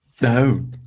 No